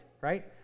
right